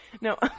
No